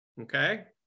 okay